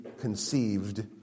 conceived